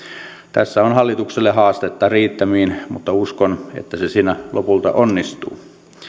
tässä on hallitukselle haastetta riittämiin mutta uskon että se siinä lopulta onnistuu